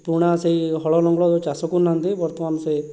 ପୁରୁଣା ସେଇ ହଳ ଲଙ୍ଗଳ ଆଉ ଚାଷ କରୁନାହାନ୍ତି ବର୍ତ୍ତମାନ ସେ